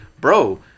bro